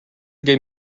gave